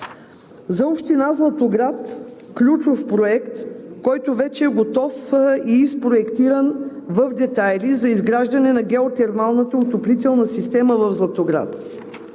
За община Златоград ключовият проект, който вече е готов и проектиран в детайли, е за изграждане на геотермалната отоплителна система в Златоград.